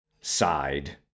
side